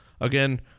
Again